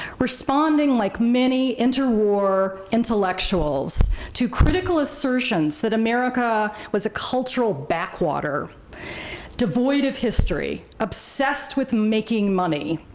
responding like many interwar intellectuals to critical assertions that america was a cultural backwater devoid of history, obsessed with making money.